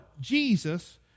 Jesus